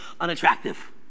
unattractive